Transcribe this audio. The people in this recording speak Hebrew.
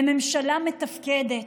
לממשלה מתפקדת,